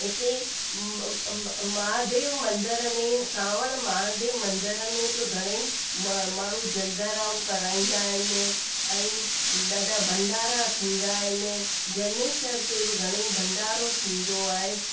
हिते महादेव मंदर में सावण महादेव मंदर में बि घणेई मा माण्हू जलदा राम कराईंदा आहिनि ऐं ॾाढा भंडारा थींदा आहिनि जनेश्वर ते बि घणेई भंडारो थींदो आहे